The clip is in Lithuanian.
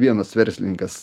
vienas verslininkas